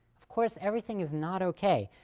of course, everything is not okay.